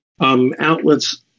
Outlets